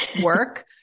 work